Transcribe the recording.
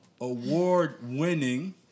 award-winning